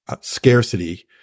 scarcity